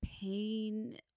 pain